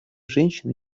женщин